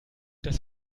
das